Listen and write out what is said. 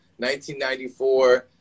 1994